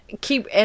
keep